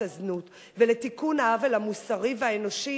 הזנות ולתיקון העוול המוסרי והאנושי